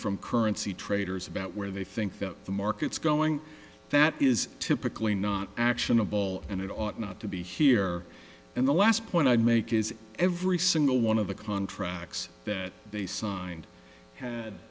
from currency traders about where they think the market's going that is typically not actionable and it ought not to be here and the last point i'd make is every single one of the contracts that they signed had